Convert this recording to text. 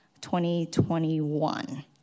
2021